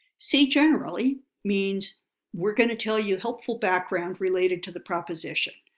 see generally means we're going to tell you helpful background related to the proposition.